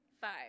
Five